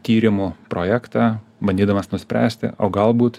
tyrimų projektą bandydamas nuspręsti o galbūt